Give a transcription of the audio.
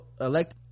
elect